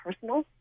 personal